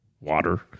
water